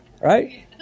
Right